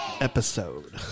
episode